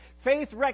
Faith